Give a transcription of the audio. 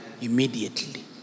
immediately